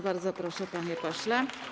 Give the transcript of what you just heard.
Bardzo proszę, panie pośle.